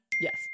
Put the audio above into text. yes